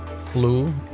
flu